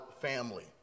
family